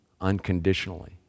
unconditionally